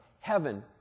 Heaven